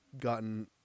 gotten